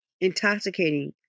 intoxicating